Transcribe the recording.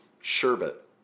sherbet